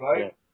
right